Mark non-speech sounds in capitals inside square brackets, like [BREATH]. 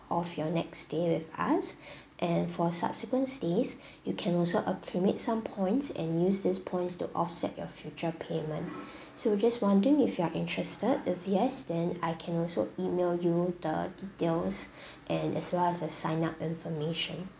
of your next stay with us [BREATH] and for subsequent stays [BREATH] you can also accumulate some points and use these points to offset your future payment [BREATH] so just wondering if you are interested if yes then I can also email you the details [BREATH] and as well as the sign up information